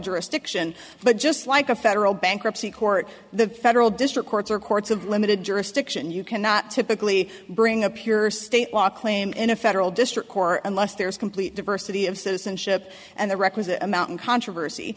jurisdiction but just like a federal bankruptcy court the federal district courts are courts of limited jurisdiction you cannot typically bring a pure state law claim in a federal district court unless there is complete diversity of citizenship and the requisite amount in controversy